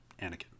Anakin